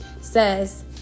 says